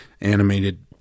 animated